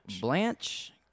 Blanche